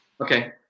Okay